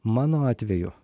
mano atveju